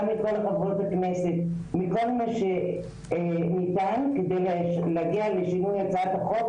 גם מכל חברות הכנסת ומכל מי שניתן כדי להגיע לשינוי הצעת החוק